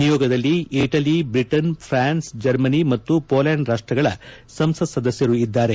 ನಿಯೋಗದಲ್ಲಿ Italy Britain France Germany ಮತ್ತು Poland ರಾಷ್ಟಗಳ ಸಂಸತ್ ಸದಸ್ಯರು ಇದ್ದಾರೆ